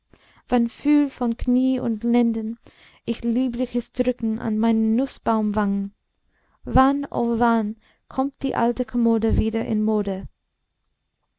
wann fühl von knie und lenden ich liebliches drücken an meinen nußbaumwangen wann o wann kommt die alte kommode wieder in mode